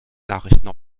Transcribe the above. nachrichten